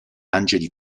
angeli